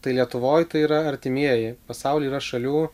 tai lietuvoj tai yra artimieji pasaulyje yra šalių